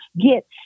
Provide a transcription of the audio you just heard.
get